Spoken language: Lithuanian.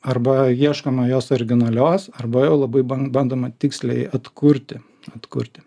arba ieškoma jos originalios arba jau labai ban bandoma tiksliai atkurti atkurti